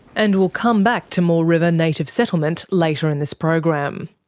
and we'll come back to moore river native settlement later in this program.